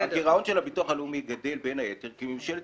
הגירעון של הביטוח הלאומי גדל בין היתר כי ממשלת